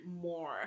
more